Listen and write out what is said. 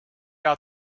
out